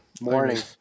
Morning